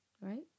right